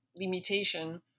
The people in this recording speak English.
limitation